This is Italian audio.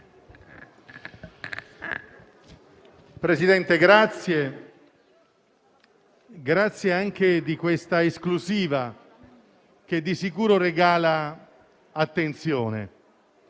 grazie di questa esclusiva, che di sicuro regala attenzione.